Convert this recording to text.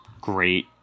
great